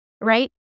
Right